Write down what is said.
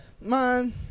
man